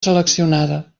seleccionada